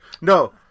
No